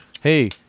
hey